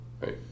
right